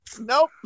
Nope